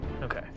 Okay